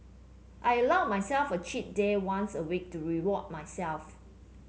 I allow myself a cheat day once a week to reward myself